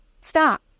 Stop